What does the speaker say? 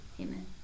amen